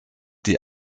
die